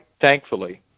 thankfully